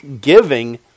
giving